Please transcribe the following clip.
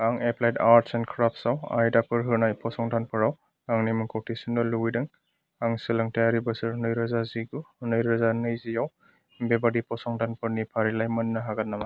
आं applied arts and crafts आव आयदाफोर होनाय फसंथानफोराव आंनि मुंखौ थिसननो लुगैदों आं सोलोंथायारि बोसोर नै रोजा जिगु नै रोजा नैजियाव बेबादि फसंथानफोरनि फारिलाइ मोन्नो हागोन नामा